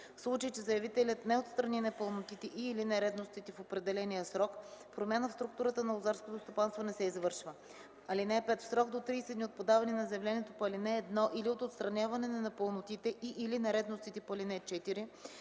В случай, че заявителят не отстрани непълнотите и/или нередностите в определения срок, промяна в структурата на лозарското стопанство не се извършва. (5) В срок до 30 дни от подаване на заявлението по ал. 1 или от отстраняването на непълнотите и/или нередностите по ал. 4